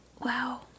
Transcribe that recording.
Wow